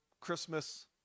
Christmas